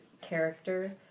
character